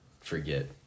forget